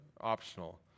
Optional